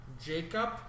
Jacob